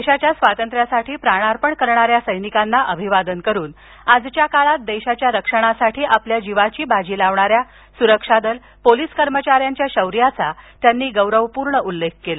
देशाच्या स्वातंत्र्यासाठी प्राणार्पण करणाऱ्या सैनिकांना अभिवादन करून आजच्या काळात देशाच्या रक्षणासाठी आपल्या जिवाची बाजी लावणाऱ्या सुरक्षा दल पोलीस कर्मचार्यांच्या शौर्याचा त्यांनी गौरवपूर्ण उल्लेख केला